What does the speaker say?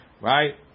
right